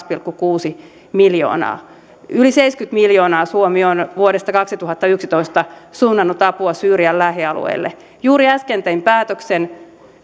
pilkku kuusi miljoonaa yli seitsemänkymmentä miljoonaa suomi on vuodesta kaksituhattayksitoista suunnannut apua syyrian lähialueille juuri äsken tein päätöksen